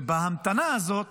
ובהמתנה הזאת